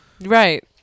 Right